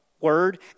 Word